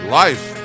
life